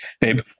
babe